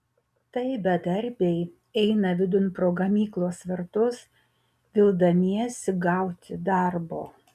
tai bedarbiai eina vidun pro gamyklos vartus vildamiesi gauti darbo